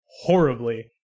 horribly